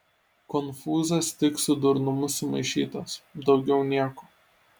konfūzas tik su durnumu sumaišytas daugiau nieko